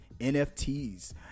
NFTs